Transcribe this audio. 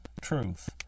truth